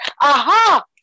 aha